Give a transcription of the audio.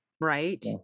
right